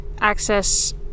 access